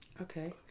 Okay